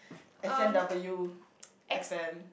S_N_W F_M